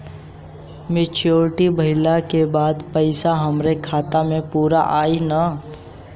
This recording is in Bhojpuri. मच्योरिटी भईला के बाद पईसा हमरे खाता म पूरा आई न?